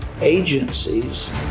agencies